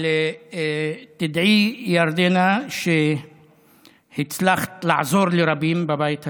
אבל תדעי, ירדנה, שהצלחת לעזור לרבים בבית הזה.